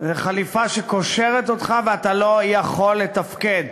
חליפה שקושרת אותך ואתה לא יכול לתפקד.